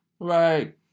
Right